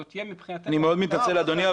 זו תהיה מבחינתנו --- אני מאוד מתנצל, אדוני,